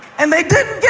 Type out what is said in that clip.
and they didn't